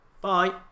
Bye